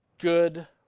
good